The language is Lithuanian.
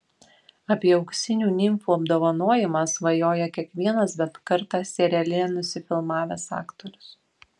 apie auksinių nimfų apdovanojimą svajoja kiekvienas bent kartą seriale nusifilmavęs aktorius